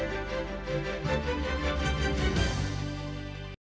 Дякую.